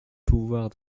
pouvoirs